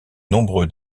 nombreux